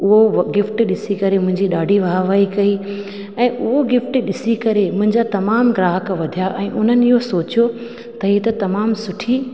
उहो गिफ्ट ॾिसी करे मुंहिंजी ॾाढी वाह वाही कयईं ऐं उहो गिफ्ट ॾिसी करे मुंहिंजा तमामु ग्राहक वधिया ऐं उन्हनि इहो सोचियो त हीअ त तमामु सुठी